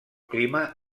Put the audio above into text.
clima